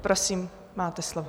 Prosím, máte slovo.